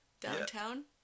Downtown